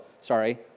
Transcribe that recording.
sorry